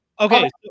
Okay